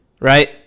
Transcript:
Right